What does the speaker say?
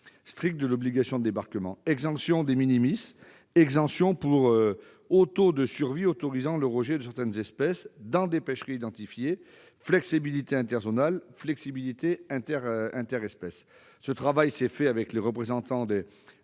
stricte de l'obligation de débarquement : exemption, exemption pour haut taux de survie autorisant le rejet de certaines espèces dans des pêcheries identifiées, flexibilité interzonale, flexibilité interespèce ... Ce travail s'est fait avec les représentants des